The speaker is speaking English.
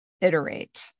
iterate